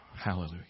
Hallelujah